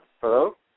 Hello